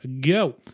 go